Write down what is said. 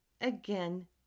again